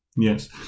Yes